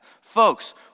Folks